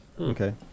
Okay